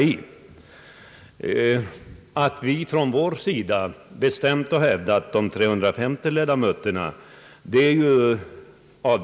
Vi har från vår sida ändå bestämt hävdat att antalet ledamöter bör vara 350.